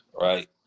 right